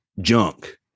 junk